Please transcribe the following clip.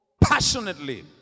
Passionately